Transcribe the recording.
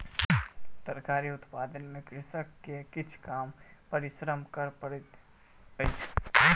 तरकारी उत्पादन में कृषक के किछ कम परिश्रम कर पड़ैत अछि